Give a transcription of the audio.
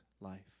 life